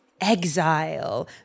exile